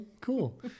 cool